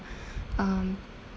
um